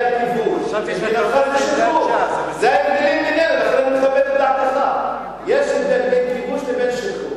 יש הבדל בין כיבוש לבין שחרור.